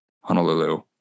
Honolulu